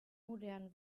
modern